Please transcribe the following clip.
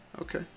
Okay